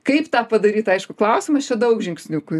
kaip tą padaryt aišku klausimas čia daug žingsniukų